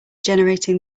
generating